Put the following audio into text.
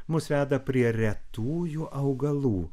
mus veda prie retųjų augalų